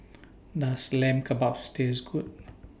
Does Lamb Kebabs Taste Good